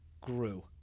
grew